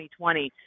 2020